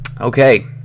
Okay